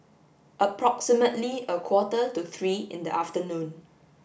approximately a quarter to three in the afternoon